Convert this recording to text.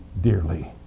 dearly